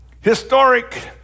historic